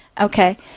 Okay